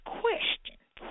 questions